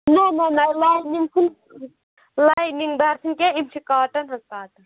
نَہ نَہ نَہ لاینِنٛگ چھِنہٕ لاینِنٛگ دار چھِنہٕ کیٚنٛہہ یِم چھِ کاٹَن حظ کاٹَن